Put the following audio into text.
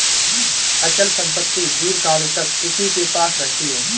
अचल संपत्ति दीर्घकाल तक किसी के पास रहती है